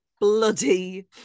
bloody